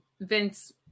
Vince